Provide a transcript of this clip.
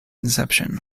inception